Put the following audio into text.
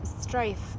strife